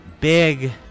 big